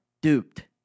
duped